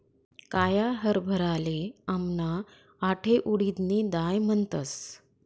काया हरभराले आमना आठे उडीदनी दाय म्हणतस